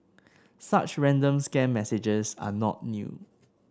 such ransom scam messages are not new